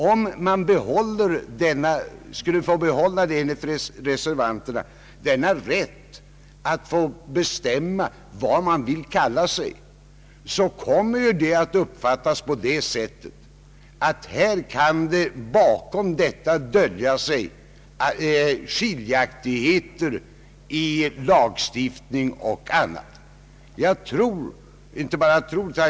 Om man, som reservanterna föreslår, skulle få behålla denna rätt att bestämma vad man vill kalla sig, skulle det komma att uppfattas som att bakom detta döljer sig skiljaktigheter, t.ex. i lagstiftning.